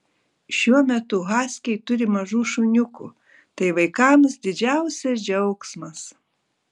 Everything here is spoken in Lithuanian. šiuo metu haskiai turi mažų šuniukų tai vaikams didžiausias džiaugsmas